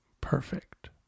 perfect